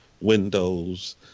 windows